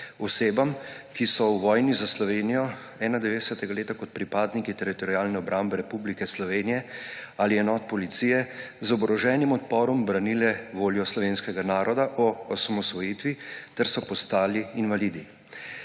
osebam, ki so v vojni za Slovenijo 1991. leta kot pripadniki Teritorialne obrambe Republike Slovenije ali enot policije z oboroženim odporom branile voljo slovenskega naroda o osamosvojitvi ter so postali invalidi.